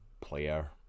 player